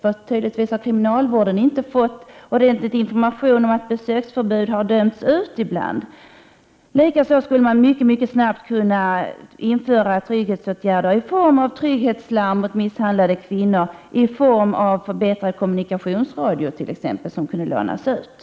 Uppenbarligen har inte kriminalvården fått ordentlig information i alla fall då besöksförbud har dömts ut. Likaså skulle man mycket snabbt kunna vidta trygghetsåtgärder i form av trygghetslarm hos misshandlade kvinnor, förbättrad kommunikationsradio t.ex. som kunde lånas ut.